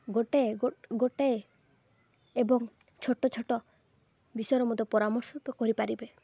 ଗୋଟେ ଗୋଟେ ଏବଂ ଛୋଟ ଛୋଟ ବିଷୟରେ ମଧ୍ୟ ପରାମର୍ଶ ତ କରିପାରିବେ